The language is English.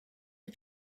are